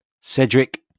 Cedric